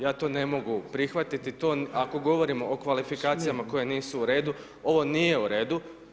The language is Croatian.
Ja to ne mogu prihvatiti, to, ako govorimo o kvalifikacijama koje nisu u redu ovo nije u redu.